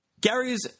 Gary's